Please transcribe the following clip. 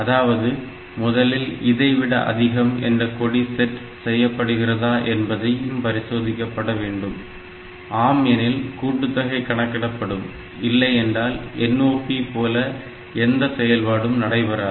அதாவது முதலில் இதைவிட அதிகம் என்ற கொடி செட் செய்யப்பட்டிருக்கிறதா என்பதையும் பரிசோதிக்கப்பட வேண்டும் ஆம் எனில் கூட்டுத்தொகை கணக்கிடப்படும் இல்லை என்றால் NOP போல எந்த செயல்பாடும் நடைபெறாது